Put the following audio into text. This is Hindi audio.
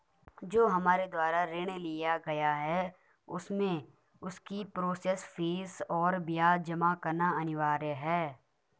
जो हमारे द्वारा ऋण लिया गया है उसमें उसकी प्रोसेस फीस और ब्याज जमा करना अनिवार्य है?